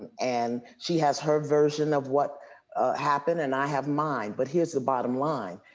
and she has her version of what happened, and i have mine. but here's the bottom line.